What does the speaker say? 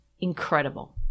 incredible